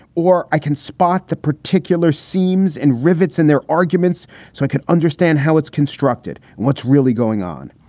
or i can spot the particular seams and rivets in their arguments so i can understand how it's constructed and what's really going on.